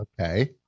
Okay